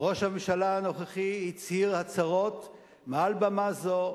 ראש הממשלה הנוכחי הצהיר הצהרות מעל במה זו,